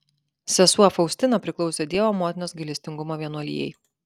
sesuo faustina priklausė dievo motinos gailestingumo vienuolijai